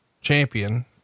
champion